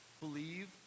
believe